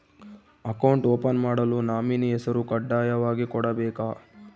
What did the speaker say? Account open ಮಾಡಲು nominee ಹೆಸರು ಕಡ್ಡಾಯವಾಗಿ ಕೊಡಬೇಕಾ?